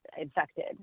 infected